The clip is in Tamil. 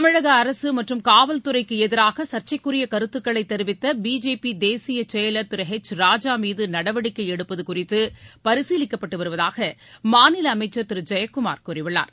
தமிழகஅரசுமற்றும் காவல்துறைக்குஎதிராகச்சைக்குரியகருத்துக்களைதெரிவித்தபிஜேபிதேசியச்செயலர் திருஹெச் ராஜாமீதுநடவடிக்கைஎடுப்பதுகுறித்துபரிசீலிக்கப்பட்டுவருவதாகமாநிலஅமைச்சா திருஜெயக்குமார் கூறியுள்ளார்